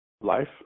life